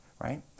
right